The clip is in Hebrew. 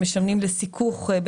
שמשמשים לסיכוך,